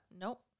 Nope